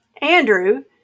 Andrew